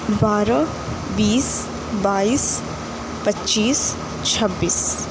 بارہ بیس بائیس پچیس چھبیس